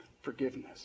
forgiveness